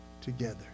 together